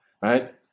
right